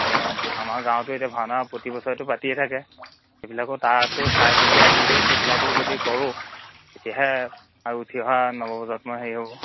অঁ আমাৰ গাঁৱতো এতিয়া ভাওনাৰ প্ৰতিবছৰেতো পাতিয়েই থাকে সেইবিলাকো তাৰতো চাই মেলি আহিহে সেইবিলাকো যদি কৰোঁ তেতিয়াহে আৰু উঠি অহা নৱ প্ৰজন্মই হেৰি হ'ব